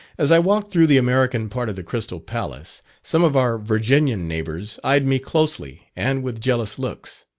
as i walked through the american part of the crystal palace, some of our virginian neighbours eyed me closely and with jealous looks,